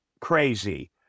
crazy